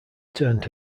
turned